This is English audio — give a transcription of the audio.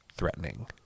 Threatening